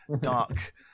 dark